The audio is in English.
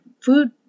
food